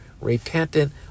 repentant